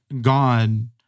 God